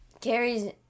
carries